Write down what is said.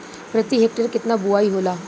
प्रति हेक्टेयर केतना बुआई होला?